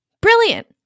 brilliant